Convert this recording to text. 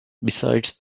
besides